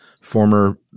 former